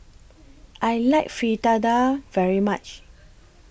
I like Fritada very much